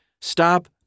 stop